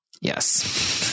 yes